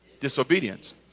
Disobedience